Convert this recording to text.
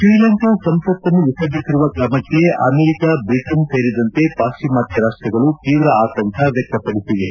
ಶ್ರೀಲಂಕಾ ಸಂಸತ್ತ್ನ್ನು ವಿಸರ್ಜಿಸಿರುವ ಕ್ರಮಕ್ಕೆ ಅಮೆರಿಕ ಬ್ರಿಟನ್ ಸೇರಿದಂತೆ ಪಾಶ್ಚಿಮಾತ್ಯ ರಾಷ್ಟಗಳು ತೀವ್ರ ಆತಂಕ ವ್ಯಕ್ಷಪಡಿಸಿವೆ